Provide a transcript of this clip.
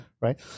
right